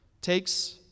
Takes